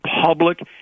public